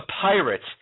Pirates